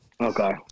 okay